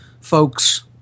folks